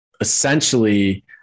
essentially